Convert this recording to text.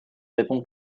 répond